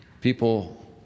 People